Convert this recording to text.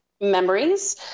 memories